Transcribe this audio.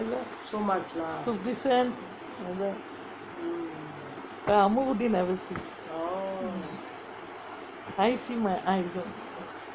fifty cent like that Ammukutty never see I see my eyes